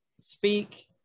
speak